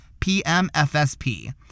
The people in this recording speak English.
PMFSP